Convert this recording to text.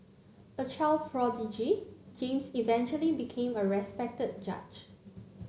a child prodigy James eventually became a respected judge